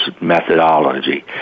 methodology